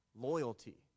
loyalty